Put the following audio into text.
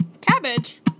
Cabbage